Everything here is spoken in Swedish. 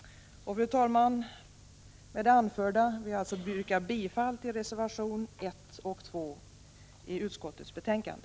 Fru talman! Med det anförda vill jag yrka bifall till reservationerna nr 1 och nr 2 i utskottets betänkande.